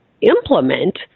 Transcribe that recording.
implement